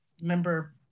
Member